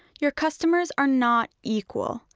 your customers are not equal.